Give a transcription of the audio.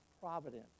providence